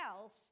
else